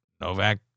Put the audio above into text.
Novak